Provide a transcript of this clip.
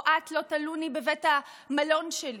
או: את לא תלוני בבית המלון שלי,